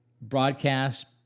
broadcast